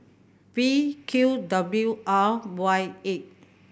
V Q W R Y eight